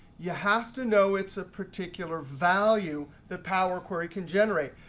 you have to know it's a particular value that power query can generate.